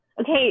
Okay